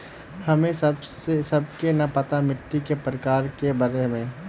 हमें सबके न पता मिट्टी के प्रकार के बारे में?